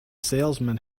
salesman